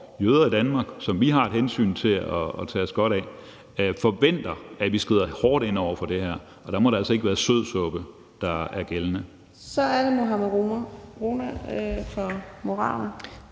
jøder i Danmark, som vi har et ansvar for at tage os godt af, forventer, at vi skrider hårdt ind over for det her, og der må det altså ikke være sødsuppe, der er gældende. Kl. 16:59 Fjerde næstformand